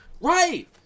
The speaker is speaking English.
Right